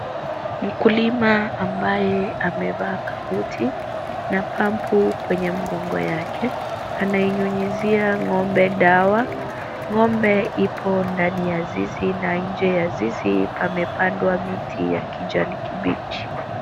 Mkulima ambaye amevaa kabuti na pampu kwenye mgongo yake, anainyunyizia ng'ombe dawa. Ng'ombe ipo ndani ya zizi na nje ya zizi pamepandwa miti ya kijani kibichi.